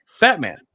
Batman